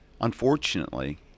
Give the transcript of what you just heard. unfortunately